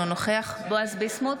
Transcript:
אינו נוכח בועז ביסמוט,